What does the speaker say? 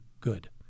good